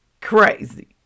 Crazy